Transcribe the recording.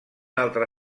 altre